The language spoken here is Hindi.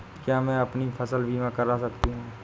क्या मैं अपनी फसल बीमा करा सकती हूँ?